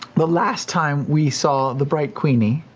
the last time we saw the bright queenie,